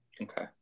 Okay